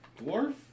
Dwarf